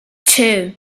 two